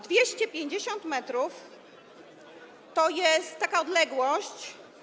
250 m to jest taka odległość.